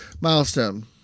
milestone